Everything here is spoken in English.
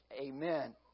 amen